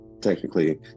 technically